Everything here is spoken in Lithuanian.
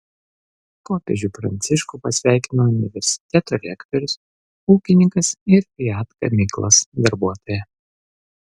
popiežių pranciškų pasveikino universiteto rektorius ūkininkas ir fiat gamyklos darbuotoja